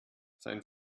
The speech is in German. sein